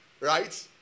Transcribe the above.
Right